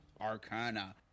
Arcana